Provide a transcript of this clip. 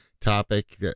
topic